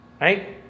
Right